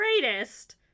greatest